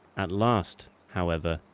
at last, however,